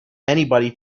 anybody